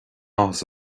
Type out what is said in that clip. áthas